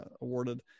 awarded